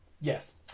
Yes